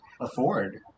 afford